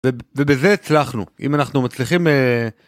ובזה הצלחנו אם אנחנו מצליחים אהה..